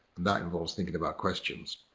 and that involves thinking about questions.